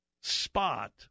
spot